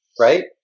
Right